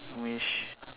wish